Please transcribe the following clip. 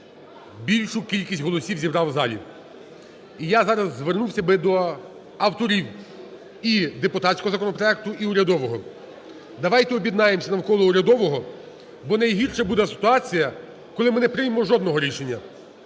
більшістю кількість голосів зібрав у залі. І я зараз звернувся би до авторів і депутатського законопроекту, і урядового: давайте об'єднаємося навколо урядового, бо найгірша буде ситуація, коли ми не приймемо жодного рішення.